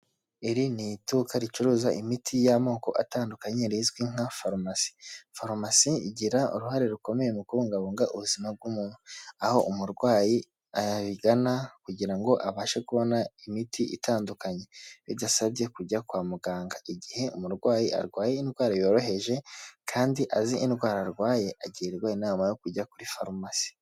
Iri ni iduka ricuruza imiti y'amoko atandukanye rizwi nka farumasi, farumasi igira uruhare rukomeye mu kubungabunga ubuzima bw'umuntu, aho umurwayi ayigana kugira ngo abashe kubona imiti itandukanye bidasabye kujya kwa muganga, igihe umurwayi arwaye indwara yoroheje kandi azi indwara arwaye, agirwa inama yo kujya kuri farumasi.